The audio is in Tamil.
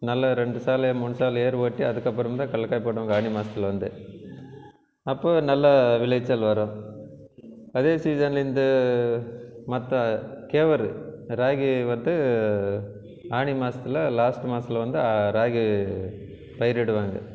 நல்ல ரெண்டு சால் மூணு சால் ஏர் ஓட்டி அதுக்கப்புறம் தான் கடலக்காய் போடுவோம் ஆனி மாசத்தில் வந்து அப்போது நல்ல விளைச்சல் வரும் அதே சீசனில் இந்த மற்ற கேவுரு ராகி வந்து ஆனி மாசத்தில் லாஸ்ட்டு மாசத்தில் வந்து ராகி பயிரிடுவாங்க